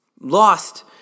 Lost